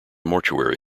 mortuary